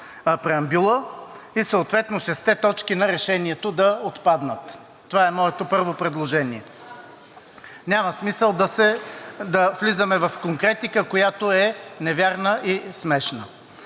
и съответно шестте точки на Решението да отпаднат. Това е моето първо предложение. Няма смисъл да влизаме в конкретика, която е невярна и смешна.